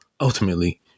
ultimately